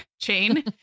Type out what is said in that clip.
chain